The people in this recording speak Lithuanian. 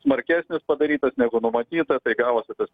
smarkesnis padarytas negu numatyta tai gavosi tas